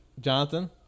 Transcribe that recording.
Jonathan